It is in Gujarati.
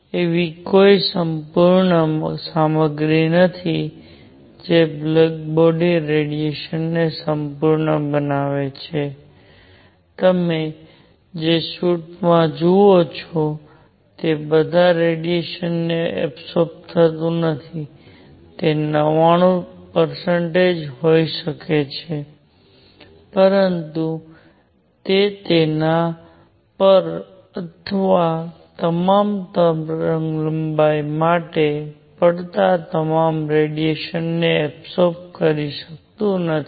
એવી કોઈ સંપૂર્ણ સામગ્રી નથી જે બ્લેક બોડી ને સંપૂર્ણ બનાવે છે તમે જે સૂટ જુઓ છો તે બધા રેડિયેશન ને એબસોર્બ થતું નથી તે 99 હોઈ શકે છે પરંતુ તે તેના પર અથવા તમામ તરંગલંબાઈ માટે પડતા તમામ રેડિયેશન ને એબસોર્બ કરી શકાતું નથી